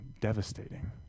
devastating